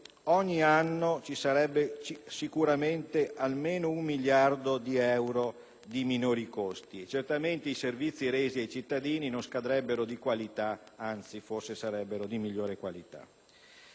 ogni anno ci sarebbe sicuramente almeno un miliardo di euro di minori costi e certamente i servizi resi ai cittadini non scadrebbero di qualità; anzi, sarebbero forse di qualità